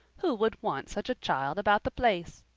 who would want such a child about the place?